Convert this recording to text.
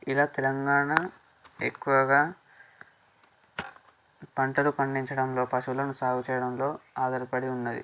ఇలా తెలంగాణ ఎక్కువగా పంటలు పండించడంలో పశువులను సాగు చేయడంలో ఆధారపడి ఉన్నది